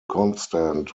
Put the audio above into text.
constant